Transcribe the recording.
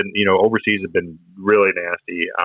and you know, overseas have been really nasty.